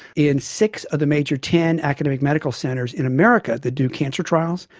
in six of the major ten academic medical centres in america that do cancer trials,